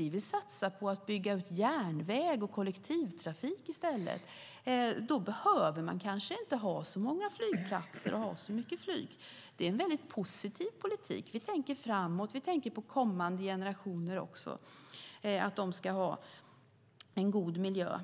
Vi vill satsa på att bygga ut järnväg och kollektivtrafik i stället. Då behöver man kanske inte ha så många flygplatser och så mycket flyg. Det är en väldigt positiv politik. Vi tänker framåt. Vi tänker på kommande generationer och att också de ska ha en god miljö.